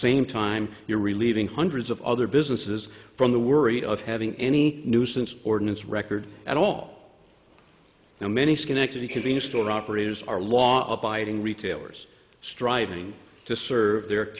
same time you're relieving hundreds of other businesses from the worry of having any nuisance ordinance record i don't know many schenectady convenience store operators are law abiding retailers striving to serve their